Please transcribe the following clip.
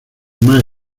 más